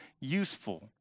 useful